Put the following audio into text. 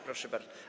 Proszę bardzo.